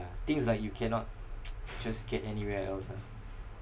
things like you cannot just get anywhere else ah